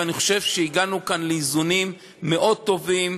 ואני חושב שהגענו כאן לאיזונים מאוד טובים.